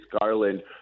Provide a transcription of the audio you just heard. Garland